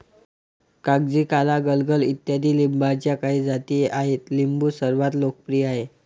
कागजी, काला, गलगल इत्यादी लिंबाच्या काही जाती आहेत लिंबू सर्वात लोकप्रिय आहे